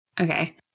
Okay